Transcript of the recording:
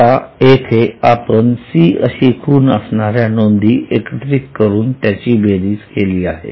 आता इथे आपण सी अशी खूण असणाऱ्या नोंदी एकत्रित करून त्याची बेरीज केली आहे